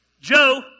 Joe